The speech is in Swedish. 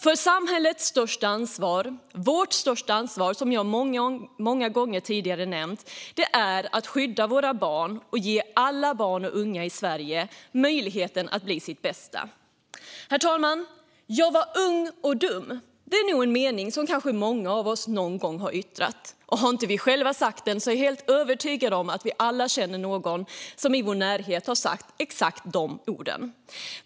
För samhällets största ansvar - vårt största ansvar, som jag har nämnt många gånger tidigare - är att skydda våra barn och ge alla barn och unga i Sverige möjligheten att bli sitt bästa jag. Herr talman! "Jag var ung och dum" - det är nog en mening som många av oss någon gång har yttrat. Och om vi själva inte har sagt det är jag övertygad om att vi alla har någon i vår närhet som har sagt exakt dessa ord.